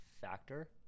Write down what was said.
factor